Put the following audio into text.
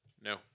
No